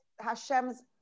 Hashem's